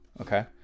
Okay